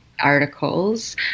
articles